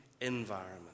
environment